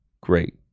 great